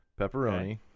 pepperoni